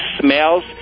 smells